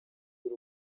y’u